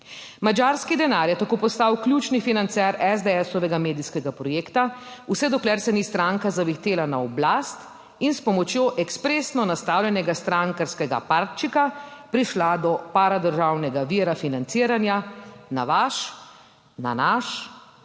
Madžarski denar je tako postal ključni financer SDS medijskega projekta, vse dokler se ni stranka zavihtela na oblast in s pomočjo ekspresno nastavljenega strankarskega parčika prišla do paradržavnega vira financiranja na vaš, na naš, torej